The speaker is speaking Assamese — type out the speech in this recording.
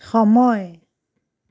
সময়